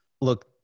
Look